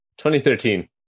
2013